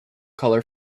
colour